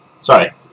sorry